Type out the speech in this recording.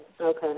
Okay